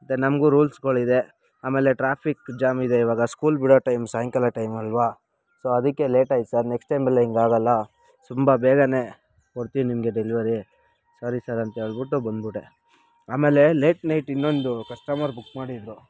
ನಮಗೂ ರೂಲ್ಸ್ಗಳಿದೆ ಆಮೇಲೆ ಟ್ರಾಫಿಕ್ ಜಾಮಿದೆ ಇವಾಗ ಸ್ಕೂಲ್ ಬಿಡೋ ಟೈಮ್ ಸಾಯಂಕಾಲ ಟೈಮ್ ಅಲ್ಲವಾ ಸೊ ಅದಕ್ಕೆ ಲೇಟ್ ಆಯ್ತು ಸರ್ ನೆಕ್ಸ್ಟ್ ಟೈಮ್ ಎಲ್ಲ ಹಿಂಗ್ ಆಗೋಲ್ಲ ತುಂಬ ಬೇಗನೆ ಕೊಡ್ತೀವಿ ನಿಮಗೆ ಡೆಲಿವರಿ ಸರಿ ಸರ್ ಅಂತ ಹೇಳ್ಬಿಟ್ಟು ಬಂದ್ಬಿಟ್ಟೆ ಆಮೇಲೆ ಲೇಟ್ ನೈಟ್ ಇನ್ನೊಂದು ಕಸ್ಟಮರ್ ಬುಕ್ ಮಾಡಿದ್ದರು